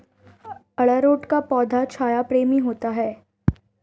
अरारोट का पौधा छाया प्रेमी होता है